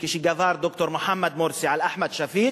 כשגבר ד"ר מוחמד מורסי על אחמד שפיק,